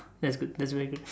that's good that's very good